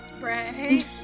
Right